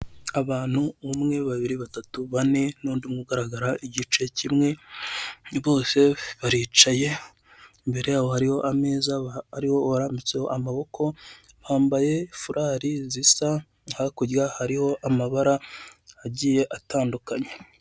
Abantu umwe, babiri, batatu, bane n'undi umwe ugaragara igice kimwe, bose baricaye imbere yabo hariho ameza ariho uwarambitseho amaboko, bambaye furari zisa hakurya hariho amabara agiye atandukanye.